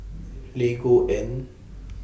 Lego and